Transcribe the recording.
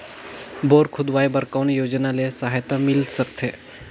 Bore खोदवाय बर कौन योजना ले सहायता मिल सकथे?